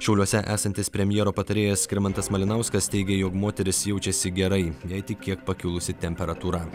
šiauliuose esantis premjero patarėjas skirmantas malinauskas teigė jog moteris jaučiasi gerai jei tik kiek pakilusi temperatūra